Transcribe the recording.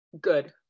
good